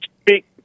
speak